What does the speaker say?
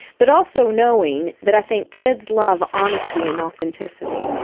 but also knowing that i think kids love honesty and authenticity.